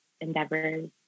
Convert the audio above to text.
endeavors